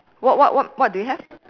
what what what what do you have